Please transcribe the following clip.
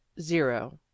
zero